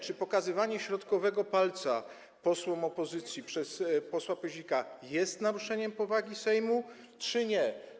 Czy pokazywanie środkowego palca posłom opozycji przez posła Pyzika jest naruszeniem powagi Sejmu, czy nie?